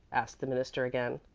asked the minister again.